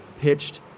pitched